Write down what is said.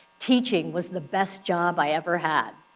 teaching was the best job i ever had,